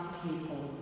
people